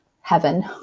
heaven